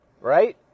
right